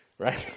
Right